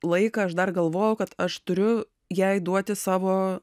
laiką aš dar galvojau kad aš turiu jai duoti savo